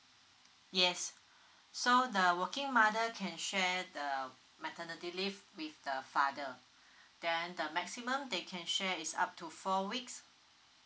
yes so the working mother can share the maternity leave with the father then the maximum they can share is up to four weeks